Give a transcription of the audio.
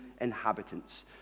inhabitants